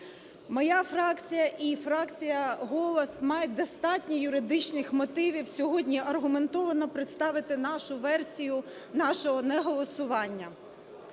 Моя фракція і фракція "Голос" мають достатньо юридичних мотивів сьогодні аргументовано представити нашу версію нашого неголосування.